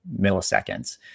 milliseconds